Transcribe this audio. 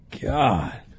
God